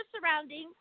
surroundings